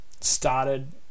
started